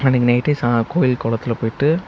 அன்னிக்கு நைட்டே சா கோயில் குளத்துல போய்விட்டு